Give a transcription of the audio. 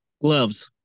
Gloves